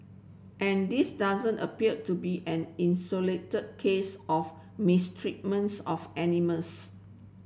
and this doesn't appear to be an case of mistreatments of animals